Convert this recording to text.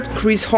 Chris